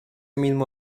mismo